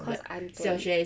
cause I'm towards